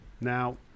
Now